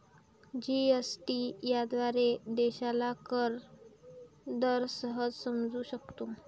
GST याद्वारे देशाला कर दर सहज समजू शकतो